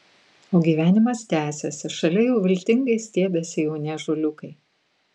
o gyvenimas tęsiasi šalia jau viltingai stiebiasi jauni ąžuoliukai